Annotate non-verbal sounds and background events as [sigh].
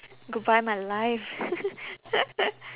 goodbye my life [laughs]